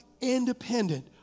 independent